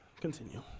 Continue